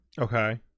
Okay